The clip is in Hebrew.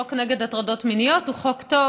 החוק נגד הטרדות מיניות הוא חוק טוב.